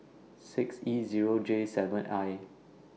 six E Zero J seven I